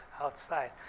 outside